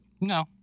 No